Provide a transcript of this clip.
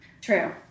True